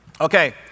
okay